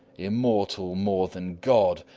immortal more than god!